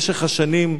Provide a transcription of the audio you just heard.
במשך השנים,